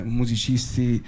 musicisti